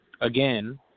Again